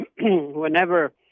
whenever